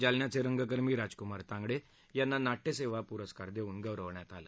जालन्याचे रंगकर्मी राजकुमार तांगडे यांना नाट्यसेवा पुरस्कार देऊन गौरवण्यात आलं